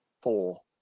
Four